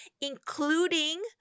including